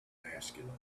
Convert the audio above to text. masculine